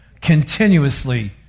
continuously